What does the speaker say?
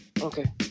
okay